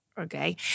okay